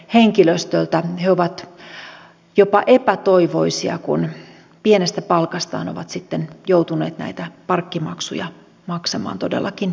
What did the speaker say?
he ovat jopa epätoivoisia kun pienestä palkastaan ovat sitten joutuneet näitä parkkimaksuja maksamaan todellakin itse